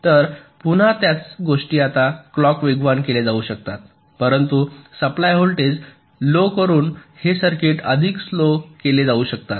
तर पुन्हा त्याच गोष्टी आता क्लॉक वेगवान केले जाऊ शकतात परंतु सप्लाय व्होल्टेज लो करून हे सर्किट अधिक स्लोव्ह केले जाऊ शकतात